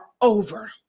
over